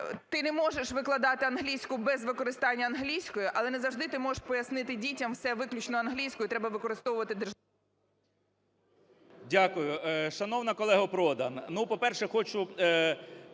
ти не можеш викладати англійську без використання англійської, але не завжди ти можеш пояснити дітям все виключно англійською, треба використовувати державну. 10:52:17 КНЯЖИЦЬКИЙ М.Л. Дякую. Шановна колега Продан, ну, по-перше, хочу